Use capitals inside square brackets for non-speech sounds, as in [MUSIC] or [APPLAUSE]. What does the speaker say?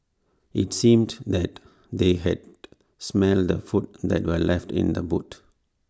IT seemed that they had [NOISE] smelt the food that were left in the boot